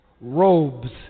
robes